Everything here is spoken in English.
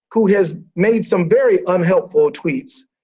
who has made some very unhelpful tweets,